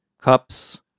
cups